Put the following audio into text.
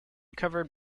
covered